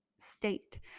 state